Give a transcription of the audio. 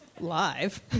live